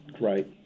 right